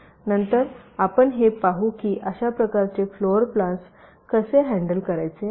तर नंतर आपण हे पाहू की अशा प्रकारचे फ्लोरप्लेन्स कसे हॅंडल करायचे आहे